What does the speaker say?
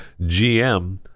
GM